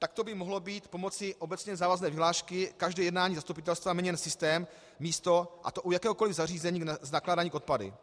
Takto by mohl být pomocí obecně závazné vyhlášky každé jednání zastupitelstva měněn systém, místo, a to u jakéhokoliv zařízení k nakládání s odpady.